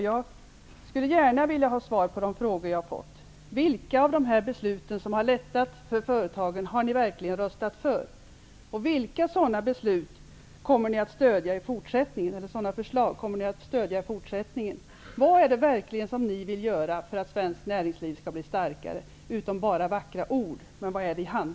Jag vill gärna ha svar på mina frågor: Vilka av dessa beslut som har medfört lättnader för företagen har ni varit med och röstat för? Vilka sådana förslag kommer ni att stödja i fortsättningen? Vad är det som ni i handling vill göra för att svenskt näringsliv skall bli starkare, annat än att bara ta till vackra ord?